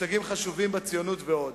מושגים חשובים בציונות ועוד.